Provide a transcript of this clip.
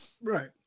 Right